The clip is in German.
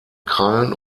krallen